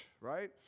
Right